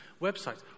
websites